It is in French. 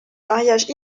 mariage